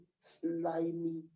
slimy